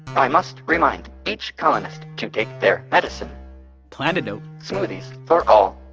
i must remind each colonist to take their medicine plantidote smoothies, for all!